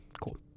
Cool